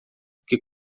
que